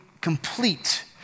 complete